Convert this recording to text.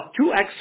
2x